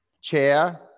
chair